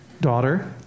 Daughter